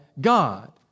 God